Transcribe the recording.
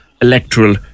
electoral